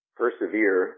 persevere